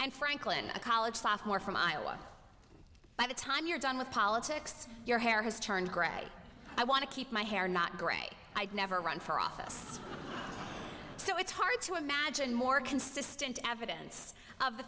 and franklin a college sophomore from iowa by the time you're done with politics your hair has turned gray i want to keep my hair not gray i've never run for office so it's hard to imagine more consistent evidence of the